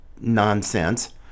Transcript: nonsense